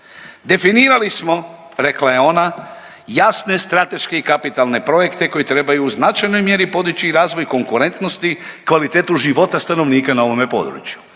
Definirali smo, rekla je ona, jasne strateške i kapitalne projekte koji trebaju u značajnoj mjeri podići i razvoj konkurentnosti, kvalitetu života stanovnika na ovome području.